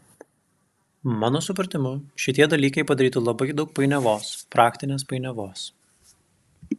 mano supratimu šitie dalykai padarytų labai daug painiavos praktinės painiavos